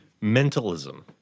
Mentalism